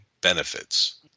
benefits